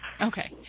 Okay